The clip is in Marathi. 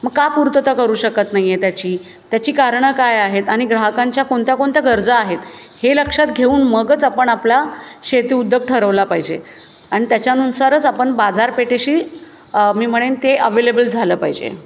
मग का पूर्तता करू शकत नाही आहे त्याची त्याची कारणं काय आहेत आणि ग्राहकांच्या कोणत्या कोणत्या गरजा आहेत हे लक्षात घेऊन मगच आपण आपला शेती उद्योग ठरवला पाहिजे आणि त्याच्यानुसारच आपण बाजारपेठेशी मी म्हणेन ते अवेलेबल झालं पाहिजे